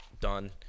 done